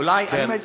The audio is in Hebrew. אולי, כן.